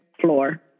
floor